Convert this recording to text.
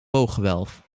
booggewelf